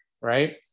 right